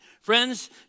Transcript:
Friends